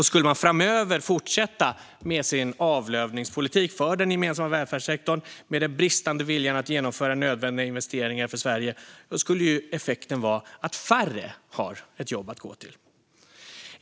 Skulle man framöver få fortsätta med sin avlövningspolitik för den gemensamma välfärdssektorn och med sin bristande vilja att genomföra nödvändiga investeringar för Sverige skulle effekten vara att färre har ett jobb att gå till.